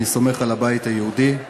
אני סומך על הבית היהודי,